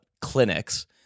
clinics